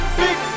big